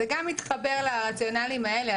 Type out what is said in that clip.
זה גם מתחבר לרציונלים האלה,